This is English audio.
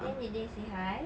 then did they say hi